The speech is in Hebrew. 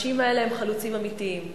האנשים האלה הם חלוצים אמיתיים.